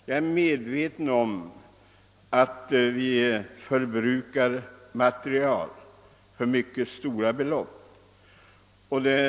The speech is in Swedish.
Jag är medveten om att vi förbrukar material för mycket stora belopp på området.